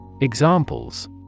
Examples